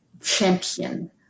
champion